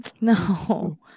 no